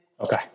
Okay